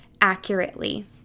accurately